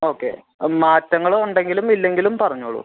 okay മാറ്റങ്ങൾ ഉണ്ടെങ്കിലും ഇല്ലെങ്കിലും പറഞ്ഞോളൂ